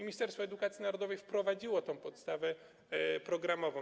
Ministerstwo Edukacji Narodowej wprowadziło tę podstawę programową.